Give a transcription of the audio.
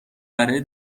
برای